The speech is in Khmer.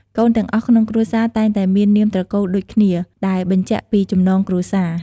កូនទាំងអស់ក្នុងគ្រួសារតែងតែមាននាមត្រកូលដូចគ្នា ដែលបញ្ជាក់ពីចំណងគ្រួសារ។